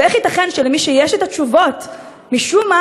ואיך ייתכן שמי שיש אצלם תשובות משום מה